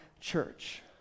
church